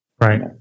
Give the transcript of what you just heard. Right